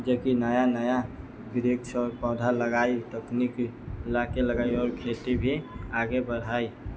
जेकि नया नया वृक्ष आओर पौधा लगैत अपन इलाका खेती मे भी आगे बढ़ैत